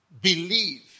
believe